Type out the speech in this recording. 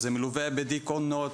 זה מלווה בדיכאונות,